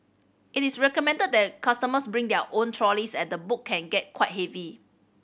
it is recommended that customers bring their own trolleys as the book can get quite heavy